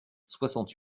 soixante